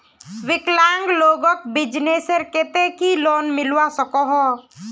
विकलांग लोगोक बिजनेसर केते की लोन मिलवा सकोहो?